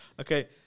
Okay